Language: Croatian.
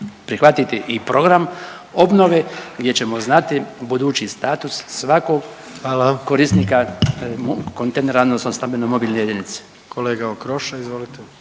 prihvatiti i program obnove gdje ćemo znati budući status svakog .../Upadica: Hvala./... korisnika kontejnera odnosno stambeno-mobilne jedinice.